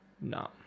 No